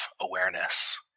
awareness